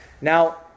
Now